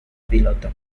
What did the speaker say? piloto